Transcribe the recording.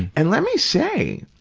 and let me say,